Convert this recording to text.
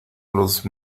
los